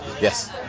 Yes